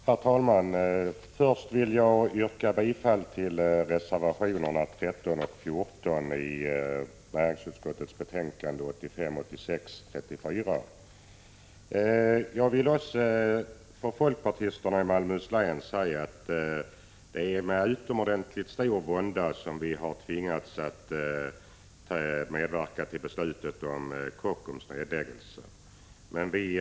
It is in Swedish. Herr talman! Inledningsvis yrkar jag bifall till reservationerna 13 och 14 i näringsutskottets betänkande 1985/86:34. Som talesman för folkpartisterna i Malmöhus län vill jag säga att det är med utomordentligt stor vånda som vi har tvingats medverka till beslutet om en nedläggning av Kockums.